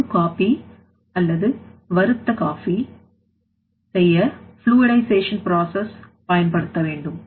அந்த முழு காபி அல்லது வறுத்த காபி செய்ய fluidization process பயன்படுத்த வேண்டும்